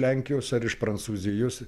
lenkijos ar iš prancūzijos